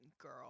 girl